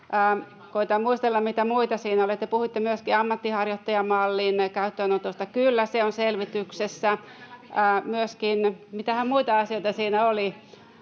Koetan muistella, mitä muita siinä oli. Te puhuitte myöskin ammatinharjoittajamallin käyttöönotosta. Kyllä, se on selvityksessä myöskin. Mitähän muita asioita siinä oli?